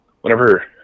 whenever